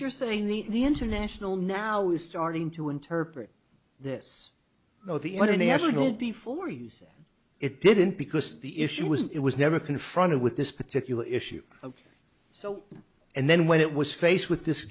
you're saying the the international now is starting to interpret this no the international before you said it didn't because the issue was it was never confronted with this particular issue so and then when it was faced with this